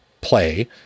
play